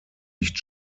nicht